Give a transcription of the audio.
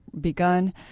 begun